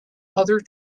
other